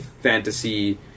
fantasy